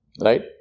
right